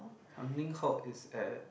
Tanglin Halt is at